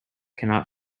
cannot